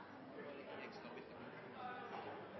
Da er det